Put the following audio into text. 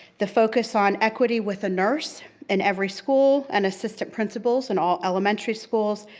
the focus on equity with a nurse in every school, an assistant principals in all elementary schools,